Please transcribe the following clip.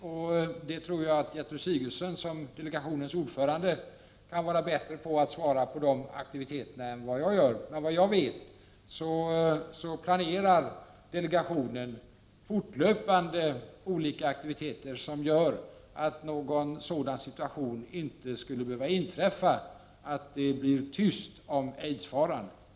Jag tror att Gertrud Sigurdsen, som delegationens ordförande, kan vara bättre än jag på att svara på frågor om delegationens aktiviteter. Vad jag vet planerar delegationen fortlöpande olika aktiviteter som gör att någon sådan tystnad om aidsfaran inte skulle behöva uppstå.